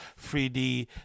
3D